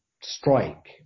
strike